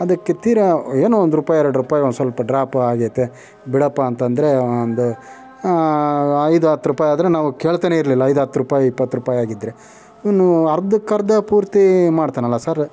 ಅದಕ್ಕೆ ತೀರಾ ಏನೋ ಒಂದು ರೂಪಾಯಿ ಎರಡು ರೂಪಾಯಿ ಒಂದುಸ್ವಲ್ಪ ಡ್ರಾಪ್ ಆಗೈತೆ ಬಿಡಪ್ಪಾ ಅಂತಂದರೆ ಒಂದು ಐದು ಹತ್ತು ರೂಪಾಯಿ ಆದರೆ ನಾವು ಕೇಳ್ತಾನೆ ಇರಲಿಲ್ಲ ಐದು ಹತ್ತು ರೂಪಾಯಿ ಇಪ್ಪತ್ತು ರೂಪಾಯಿ ಆಗಿದ್ರೆ ಇವನು ಅರ್ಧಕರ್ಧ ಪೂರ್ತಿ ಮಾಡ್ತಾನಲ್ಲ ಸರ್